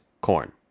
corn